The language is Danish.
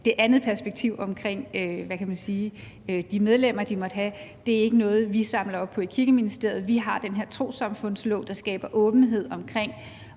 der et perspektiv omkring de medlemmer, de måtte have, og det er ikke noget, vi samler op på i Kirkeministeriet. Vi har den her trossamfundslov, der skaber åbenhed omkring